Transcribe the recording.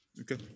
Okay